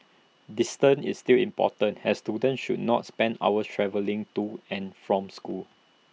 distance is still important as students should not spend hours travelling to and from school